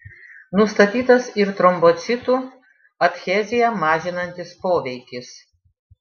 nustatytas ir trombocitų adheziją mažinantis poveikis